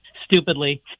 Stupidly